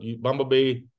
Bumblebee